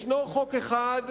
ישנו חוק אחד,